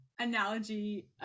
analogy